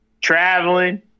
traveling